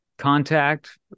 contact